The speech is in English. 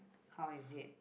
how is it